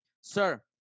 sir